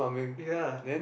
ya